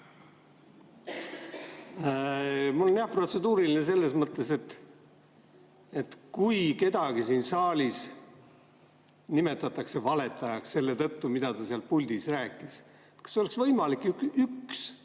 Mul on jah, protseduuriline selle kohta, kui kedagi siin saalis nimetatakse valetajaks selle tõttu, mida ta seal puldis rääkis. Kas oleks võimalik kas